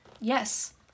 Yes